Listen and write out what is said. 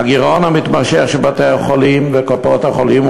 הגירעון המתמשך של בתי-החולים וקופות-החולים,